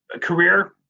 career